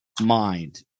mind